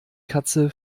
katze